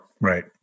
right